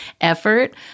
effort